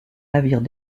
navires